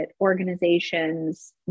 organizations